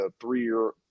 three-year